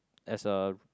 as a